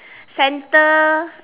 center